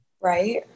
Right